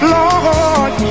Lord